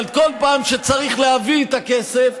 אבל כל פעם שצריך להביא את הכסף,